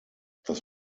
das